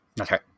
okay